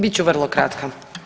Bit ću vrlo kratka.